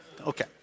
Okay